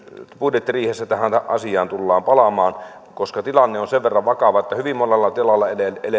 budjettiriihessä tähän asiaan tullaan palaamaan koska tilanne on sen verran vakava että hyvin monella tilalla eletään